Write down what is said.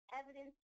evidence